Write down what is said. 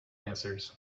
dancers